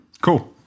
cool